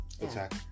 attack